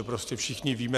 To prostě všichni víme.